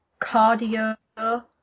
cardio